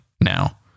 now